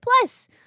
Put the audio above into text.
Plus